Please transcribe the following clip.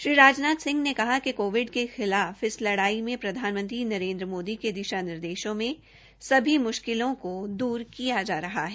श्री राजनाथ ने कहा कि कोविड के खिलाफ इस लड़ाई में प्रधानमंत्री नरेन्द्र मोदी के दिशा निर्देशों से सभी मुश्किलों को दूर किया जा रहा है